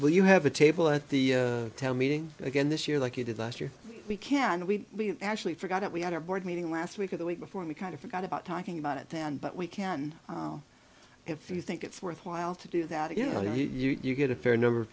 will you have a table at the tel meeting again this year like you did last year we can we actually forgot that we had a board meeting last week or the week before we kind of forgot about talking about it then but we can if you think it's worthwhile to do that you know you get a fair number of